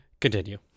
Continue